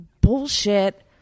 bullshit